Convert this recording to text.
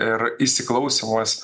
ir įsiklausymas